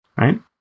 right